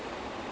ya